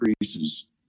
increases